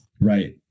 Right